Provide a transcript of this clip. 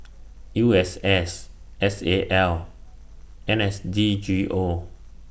U S S S A L N S D G O